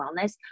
wellness